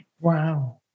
Wow